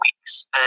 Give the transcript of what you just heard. weeks